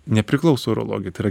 nepriklauso urologijai tai yra